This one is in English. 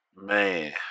man